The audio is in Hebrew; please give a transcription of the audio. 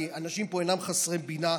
כי אנשים פה אינם חסרי בינה,